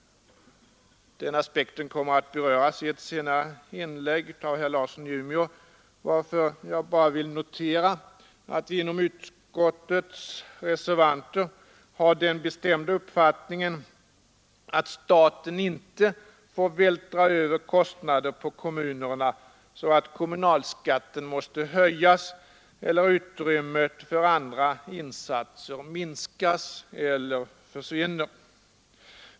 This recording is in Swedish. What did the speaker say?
Den aspekten kommer senare att beröras i ett inlägg av herr Larsson i Umeå, varför jag nu bara vill notera att vi reservanter i utskottet har den bestämda uppfattningen att staten inte får vältra över kostnader på kommunerna, så att kommunalskatten måste höjas eller så att utrymmet för andra insatser minskas eller försvinner.